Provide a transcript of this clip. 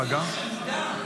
שלישית עכשיו.